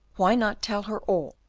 why not tell her all,